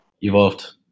evolved